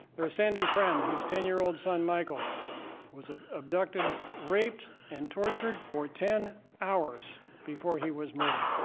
there's sandy friend, whose ten year old son michael was ah abducted, raped, and tortured for ten hours before he was murdered.